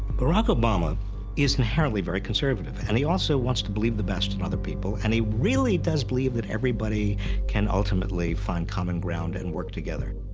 barack obama is inherently very conservative. and he also wants to believe the best in other people, and he really does believe that everybody can ultimately find common ground and work together.